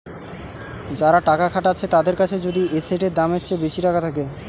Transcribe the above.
যারা টাকা খাটাচ্ছে তাদের কাছে যদি এসেটের দামের চেয়ে বেশি টাকা থাকে